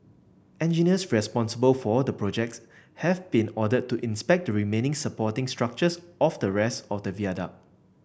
engineers responsible for the project have been ordered to inspect the remaining supporting structures of the rest of the viaduct